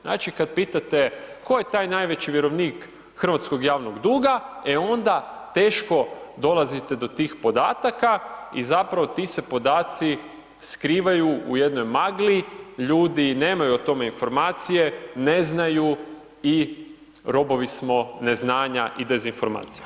Znači kada pitate, tko je taj najveći vjerovnik hrvatskog javnog duga, e onda teško dolazite do tih podataka i zapravo ti se podaci skrivaju u jednoj magli, ljudi nemaju o tom informacije, ne znaju i robovi smo neznanja i dezinformacija.